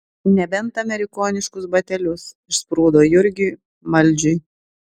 nebent amerikoniškus batelius išsprūdo jurgiui maldžiui